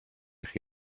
chi